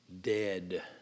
dead